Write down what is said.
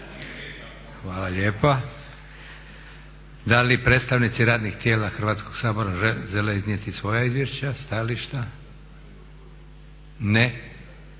Hvala lijepa. Da li predstavnici radnih tijela Hrvatskog sabora žele iznijeti svoja izvješća, stajališta? Ne.